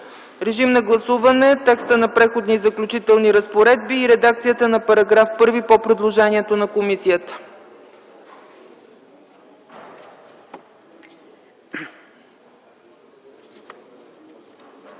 Моля, гласувайте текста на „Преходни и заключителни разпоредби” и редакцията на § 1 по предложението на комисията.